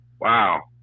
Wow